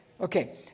Okay